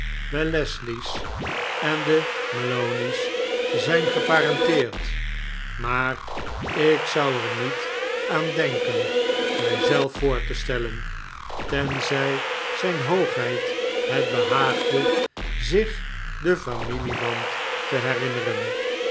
de wellesley's en de maloney's zijn geparenteerd maar ik zou er niet aan denken mijzelf voor te stellen tenzij zijn hoogheid het behaagde zich den familieband te herinneren